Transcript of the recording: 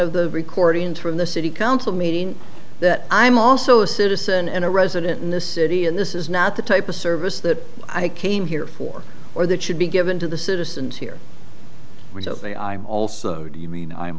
of the recordings from the city council meeting that i'm also a citizen and a resident in the city and this is not the type of service that i came here for or that should be given to the citizens here also do you mean i'm